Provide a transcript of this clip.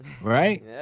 right